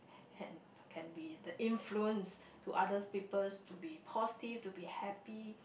had can be the influence to other's people to be positive to be happy